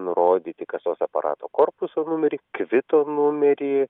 nurodyti kasos aparato korpuso numerį kvito numerį